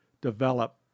develop